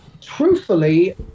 truthfully